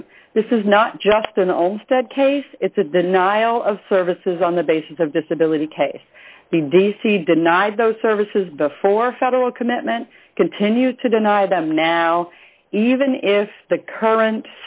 him this is not just an owner that case it's a denial of services on the basis of disability case b d c denied those services before federal commitment continued to deny them now even if the current